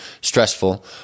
stressful –